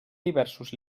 diversos